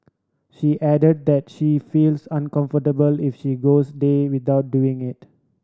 she added that she feels uncomfortable if she goes day without doing it